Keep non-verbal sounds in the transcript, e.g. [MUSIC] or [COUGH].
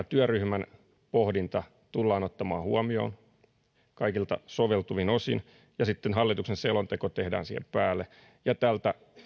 [UNINTELLIGIBLE] työryhmän pohdinta tullaan ottamaan huomioon kaikin soveltuvin osin ja sitten hallituksen selonteko tehdään siihen päälle ja tältä